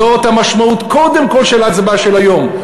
זאת המשמעות, קודם כול, של ההצבעה של היום.